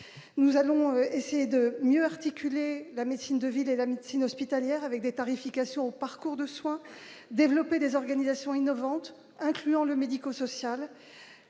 nous allons essayer de mieux articuler la médecine de ville et la médecine hospitalière avec des tarifications parcours de soins, développer des organisations innovantes, incluant le médico-social,